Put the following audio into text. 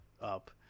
up